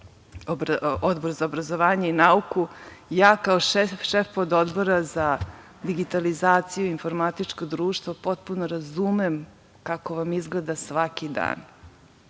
Odbor za obrazovanje i nauku. Ja kao šef Pododbora za digitalizaciju i informatičko društvo potpuno razumem kako vam izgleda svaki dan.